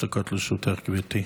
לרשותך, גברתי.